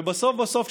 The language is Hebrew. ובסוף בסוף,